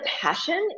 passion